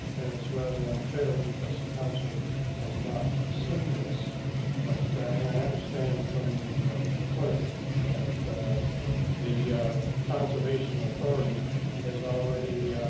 and it's rather unfair because the council has not seen this but and i understand from the clerk that the conservation authority has already